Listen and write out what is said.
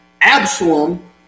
Absalom